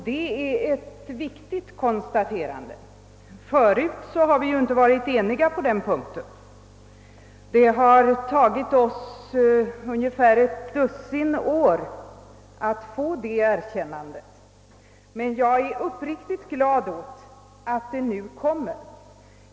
Det är i så fall ett viktigt konstaterande. Tidigare har vi inte varit eniga på den punkten. Det tar tagit oss ungefär ett dussin år att få det erkännandet. Men jag är uppriktigt glad över att det nu har kommit.